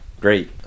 great